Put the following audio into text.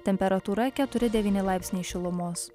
temperatūra keturi devyni laipsniai šilumos